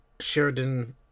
Sheridan